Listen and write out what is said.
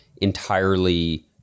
entirely